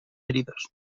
heridos